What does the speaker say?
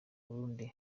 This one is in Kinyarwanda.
burundi